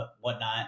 whatnot